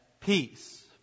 peace